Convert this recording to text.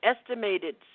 estimated